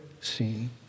seen